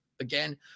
again